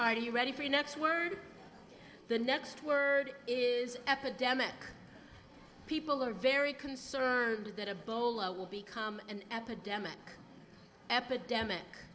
know you ready for the next word the next word is epidemic people are very concerned that a bolo will become an epidemic epidemic